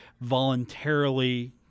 voluntarily